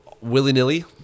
willy-nilly